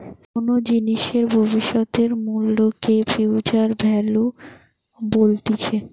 কোনো জিনিসের ভবিষ্যতের মূল্যকে ফিউচার ভ্যালু বলতিছে